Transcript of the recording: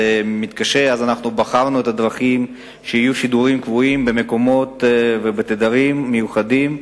בחרנו את הדרכים שיהיו שידורים קבועים במקומות ובתדרים מיוחדים.